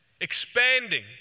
expanding